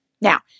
Now